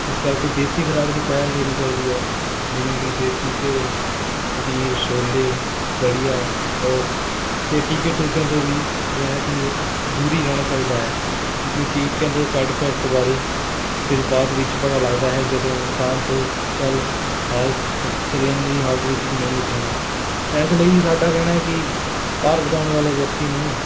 ਇਸ ਕਰਕੇ ਦੇਸੀ ਖ਼ੁਰਾਕ ਨੂੰ ਪਹਿਲ ਦੇਣੀ ਚਾਹੀਦੀ ਹੈ ਜਿਵੇਂ ਕਿ ਦੇਸੀ ਘਿਉ ਪਨੀਰ ਛੋਲੇ ਦਲੀਆ ਓਟਸ ਅਤੇ ਟੀਕੇ ਟੂਕਿਆਂ ਤੋਂ ਵੀ ਰਹਿਤ ਹੀ ਦੂਰ ਹੀ ਰਹਿਣਾ ਚਾਹੀਦਾ ਹੈ ਟੀਕੇ ਟੀਕਿਆਂ ਦੇ ਸਾਈਡ ਇਫੈਕਟ ਬਾਰੇ ਫਿਰ ਬਾਅਦ ਵਿੱਚ ਪਤਾ ਲੱਗਦਾ ਹੈ ਜਦੋਂ ਇਨਸਾਨ ਤੋਂ ਚੱਲ ਹਲ ਚੱਲਣ ਦੀ ਹਾਲਤ ਵਿੱਚ ਵੀ ਨਹੀਂ ਉੱਠ ਹੁੰਦਾ ਤਾਂ ਇਸ ਲਈ ਸਾਡਾ ਕਹਿਣਾ ਹੈ ਕਿ ਭਾਰ ਵਧਾਉਣ ਵਾਲੇ ਵਿਅਕਤੀ ਨੂੰ